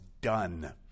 done